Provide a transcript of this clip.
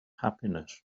happiness